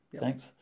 thanks